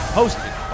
hosted